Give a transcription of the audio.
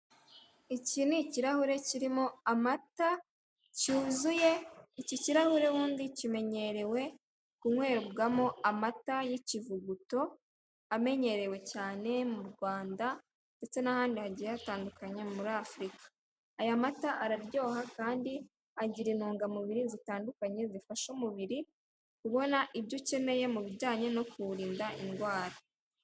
ki ni ikirahure kirimo amata cyuzuye, iki kirahure ubundi kimenyerewe kunywebwamo amata y'ikivuguto amenyerewe cyane mu rwanda ndetse n'ahandi hagiye hatandukanye muri afurika. Aya mata araryoha kandi agira intungamubiri zitandukanye zifasha umubiri kubona ibyo ukeneye mu bijyanye no kuwurinda indwara.